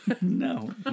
No